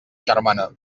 germana